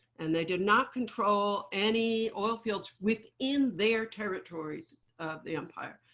and they did not control any oil fields within their territory of the empire.